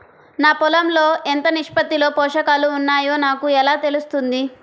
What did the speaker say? నా పొలం లో ఎంత నిష్పత్తిలో పోషకాలు వున్నాయో నాకు ఎలా తెలుస్తుంది?